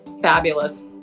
fabulous